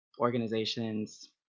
organizations